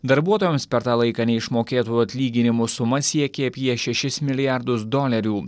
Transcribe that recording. darbuotojams per tą laiką neišmokėtų atlyginimų suma siekė apie šešis milijardus dolerių